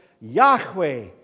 Yahweh